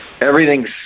everything's